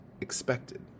expected